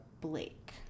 Blake